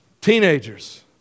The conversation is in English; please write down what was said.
teenagers